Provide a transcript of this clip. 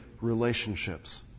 relationships